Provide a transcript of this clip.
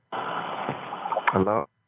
hello